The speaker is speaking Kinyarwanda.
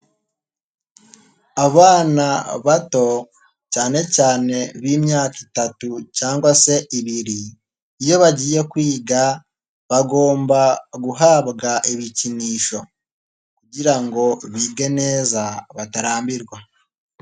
Abana bato cyane cyane b'imyaka itatu cyangwa se ibiri, iyo bagiye kwiga bagomba guhabwa ibikinisho kugira ngo bige neza batarambirwa.